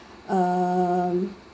uh